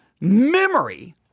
memory